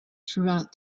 throughout